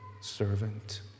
servant